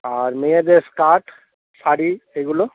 আর মেয়েদের স্কার্ট শাড়ি এগুলো